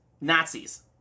Nazis